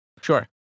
Sure